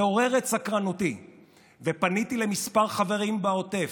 זה עורר את סקרנותי ופניתי לכמה חברים בעוטף.